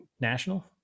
national